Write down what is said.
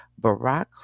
Barack